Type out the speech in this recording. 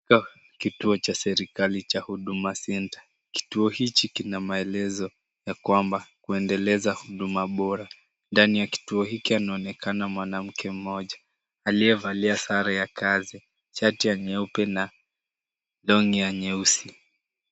Kituo cha serikali cha Huduma Center. Kituo hichi kina maelezo ya kwamba kuendeleza huduma bora ndani ya kituo hiki anaonekana mwanamke mmoja aliyevalia sare ya kazi, shati ya nyeupe, na longi ya nyeusi.